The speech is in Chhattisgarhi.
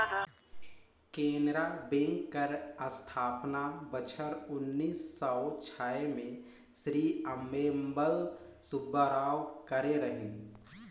केनरा बेंक कर अस्थापना बछर उन्नीस सव छय में श्री अम्मेम्बल सुब्बाराव करे रहिन